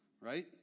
right